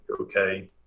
okay